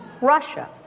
Russia